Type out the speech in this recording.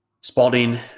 Spalding